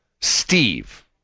Steve